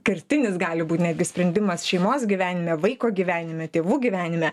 kertinis gali būt netgi sprendimas šeimos gyvenime vaiko gyvenime tėvų gyvenime